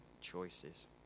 choices